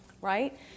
right